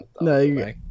No